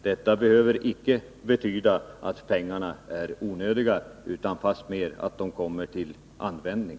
Det behöver inte betyda att pengarna är onödiga utan fastmer att de kommer till användning.